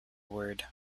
word